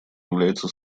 является